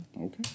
okay